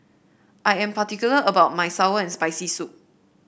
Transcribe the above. I am particular about my sour and Spicy Soup